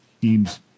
Teams